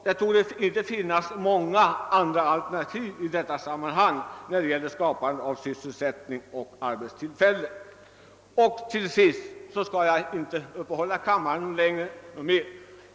Det torde inte finnas några andra alternativ om man vill trygga sysselsättningen och skapa arbetstillfällen. Jag skall inte uppta kammarens tid längre.